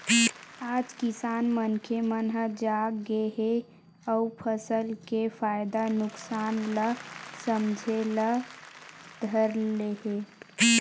आज किसान मनखे मन ह जाग गे हे अउ फसल के फायदा नुकसान ल समझे ल धर ले हे